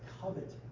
covet